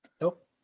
Nope